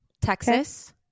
Texas